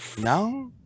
No